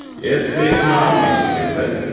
it's the economy, stupid.